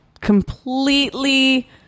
completely